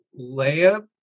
Leia